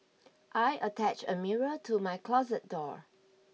I attached a mirror to my closet door